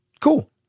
cool